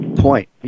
Point